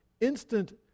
instant